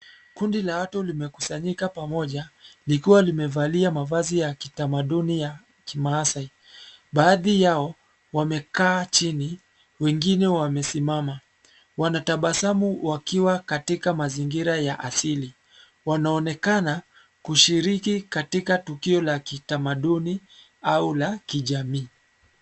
Kundi la watu limekusanyika pamoja likiwa limevalia mavazi ya kitamaduni ya kimaasai. Baadhi yao wamekaa chini, wengine wamesimama .Wanatabasamu wakiwa katika mazingira ya asili. Wanaonekana kushiriki katika tukio la kitamaduni au la kijamii.